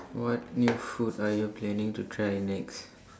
what new food are you planning to try next